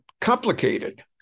complicated